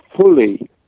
fully